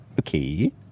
Okay